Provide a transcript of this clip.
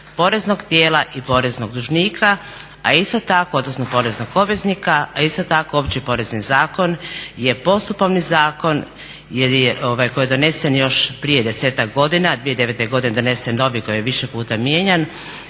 poreznog tijela i poreznog dužnika, a isto tako odnosno poreznog obveznika, a isto tako Opći porezni zakon je postupovni zakon koji je donesen još prije desetak godina. 2009. godine je donesen novi koji je više puta mijenjan.